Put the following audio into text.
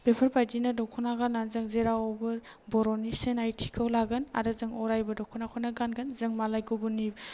बेफोरबायदिनो दख'ना गाननानै जों जेरावबो बर'नि सिनायथिखौ लागोन आरो जों अरायबो दख'नाखौनो गानगोन जों मालाय गुबुननि